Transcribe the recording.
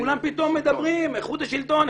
כולם פתאום מדברים על איכות השלטון.